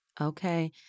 Okay